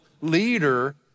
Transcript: leader